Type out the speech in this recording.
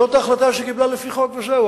זו ההחלטה שהיא קיבלה לפי חוק, וזהו.